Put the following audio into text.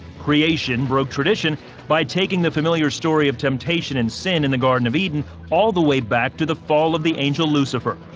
creation broke tradition by taking the familiar story of temptation and sin in the garden of eden all the way back to the fall of the angel lucifer.